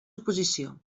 oposició